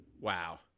wow